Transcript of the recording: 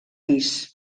pis